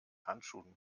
handschuhen